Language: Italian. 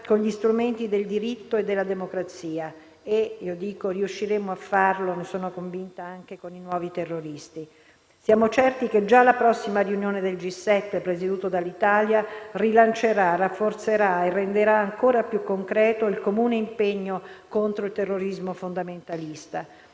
con gli strumenti del diritto e della democrazia. E - io dico - riusciremo a farlo - ne sono convinta - anche con i nuovi terroristi. Siamo certi che già la prossima riunione del G7, presieduta dall'Italia, rilancerà, rafforzerà e renderà ancora più concreto il comune impegno contro il terrorismo fondamentalista.